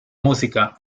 música